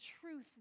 truth